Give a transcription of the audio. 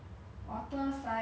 hundred horses will be